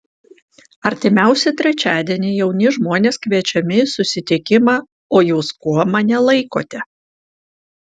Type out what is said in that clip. artimiausią trečiadienį jauni žmonės kviečiami į susitikimą o jūs kuo mane laikote